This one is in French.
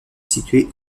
située